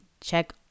check